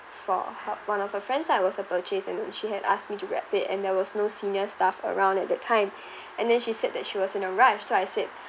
for help one of her friends lah it was a purchase and she had asked me to wrap it and there was no senior staff around at that time and then she said that she was in the rush so I said